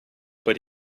but